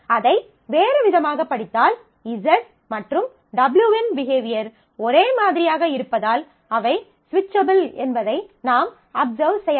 அதை வேறு விதமாக படித்தால் Z மற்றும் W இன் பிஹேவியர் ஒரே மாதிரியாக இருப்பதால் அவை ஸ்விட்சபிள் என்பதை நாம் அப்சர்வ் செய்யலாம்